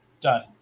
done